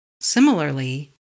Similarly